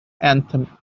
anthem